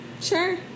sure